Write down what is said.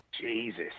Jesus